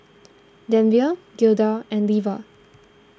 Denver Gilda and Leva